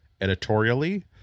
editorially